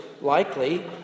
likely